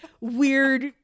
weird